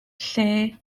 lle